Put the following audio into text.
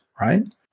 right